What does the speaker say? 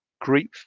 Grief